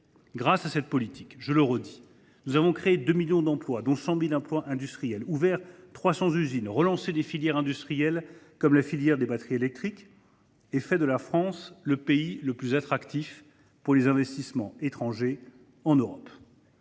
Grâce à cette politique, je le répète, nous avons créé 2 millions d’emplois, dont 100 000 emplois industriels, ouvert 300 usines, relancé des filières industrielles, comme celle des batteries électriques, et fait de la France le pays le plus attractif pour les investissements étrangers en Europe.